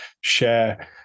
share